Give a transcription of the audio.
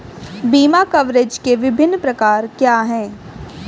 बीमा कवरेज के विभिन्न प्रकार क्या हैं?